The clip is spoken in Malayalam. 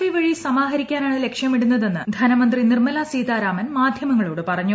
ഐ വഴി സമാഹരിക്കാനാണ് ലക്ഷ്യമിടുന്നൂതെന്ന് ധനമന്ത്രി നിർമ്മല സീതാരാമൻ മാധ്യമങ്ങളോട്ട് ്പറഞ്ഞു